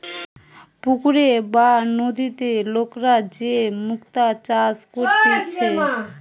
পুকুরে বা নদীতে লোকরা যে মুক্তা চাষ করতিছে